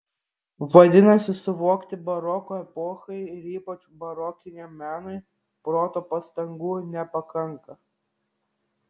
vadinasi suvokti baroko epochai ir ypač barokiniam menui proto pastangų nepakanka